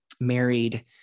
married